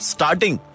Starting